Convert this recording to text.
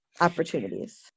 opportunities